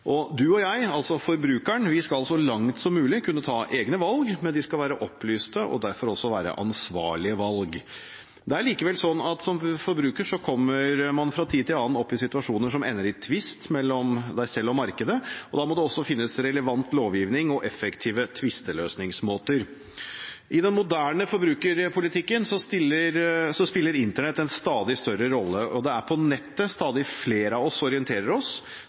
Du og jeg, altså forbrukerne, skal så langt som mulig kunne ta egne valg, men det skal være opplyste og derfor også ansvarlige valg. Likevel kommer man som forbruker fra tid til annen opp i situasjoner som ender i tvist mellom en selv og markedet, og da må det finnes relevant lovgivning og effektive tvisteløsningsmåter. I den moderne forbrukerpolitikken spiller Internett en stadig større rolle. Det er på nettet stadig flere av oss orienterer oss.